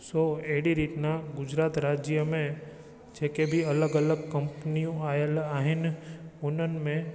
सो अहिड़ी रीत ना गुजरात राज्य में जेके बि अलॻि अलॻि कंपनियूं आयल आहिनि उन्हनि में